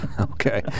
Okay